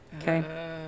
Okay